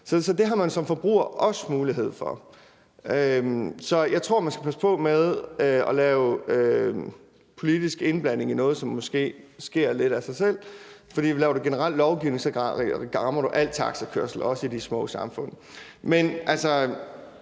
Så det har man som forbruger også mulighed for. Så jeg tror, man skal passe på med at lave politisk indblanding i noget, som måske sker lidt af sig selv. For laver du generel lovgivning, rammer du al taxakørsel, også i de små samfund. Men Dansk